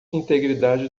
integridade